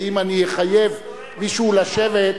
כי אם אני אחייב מישהו לשבת,